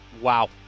Wow